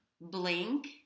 blink